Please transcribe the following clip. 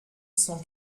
cent